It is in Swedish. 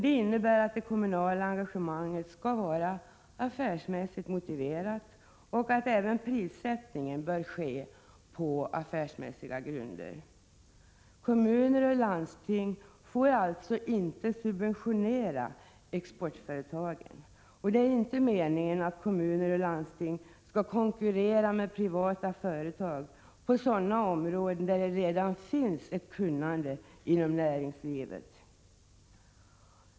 Det innebär att det kommunala engagemanget skall vara affärsmässigt motiverat och vidare att prissättningen bör ske på affärsmässiga grunder. Kommuner och landsting får alltså inte subventionera exportföretagen, och det är inte meningen att kommuner och landsting skall konkurrera med privata företag på sådana områden där det redan finns ett kunnande inom näringslivet.